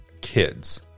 kids